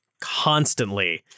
constantly